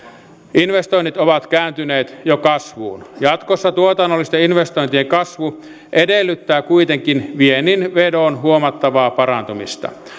investoinnit ovat kääntyneet jo kasvuun jatkossa tuotannollisten investointien kasvu edellyttää kuitenkin viennin vedon huomattavaa parantumista